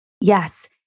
Yes